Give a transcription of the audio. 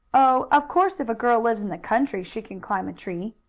oh, of course if a girl lives in the country she can climb a tree,